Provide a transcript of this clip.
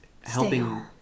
helping